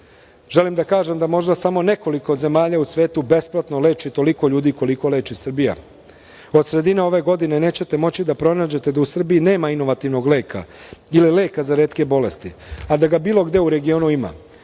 Želim da kažem da možda samo nekoliko zemalja u svetu besplatno leči toliko ljudi koliko leči Srbija. Od sredine ove godine nećete moći da pronađete da u Srbiji nema inovativnog leka ili leka za retke bolesti, a da ga bilo gde u regionu ima,